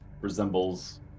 resembles